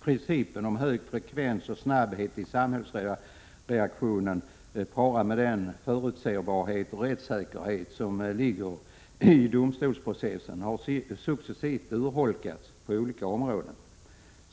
Principen om hög frekvens och snabbhet i samhällsreaktionen, parad med den förutsebarhet och rättssäkerhet som ligger i domstolsprocessen, har successivt urholkats på olika områden.